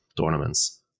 tournaments